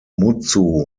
mutsu